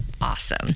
Awesome